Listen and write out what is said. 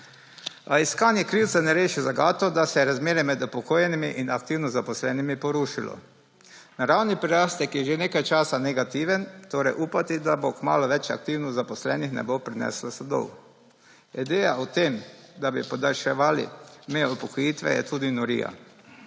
A iskanje krivca ne reši zagato, da se razmere med upokojenimi in aktivno zaposlenimi porušilo. Naravni prirastek je že nekaj časa negativen, torej upati, da bo kmalu več aktivno zaposlenih, ne bo prineslo sadov. Ideja o tem, da bi podaljševali neupokojitev je tudi norija.